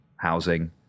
housing